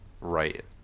right